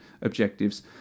objectives